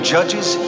Judges